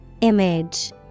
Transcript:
Image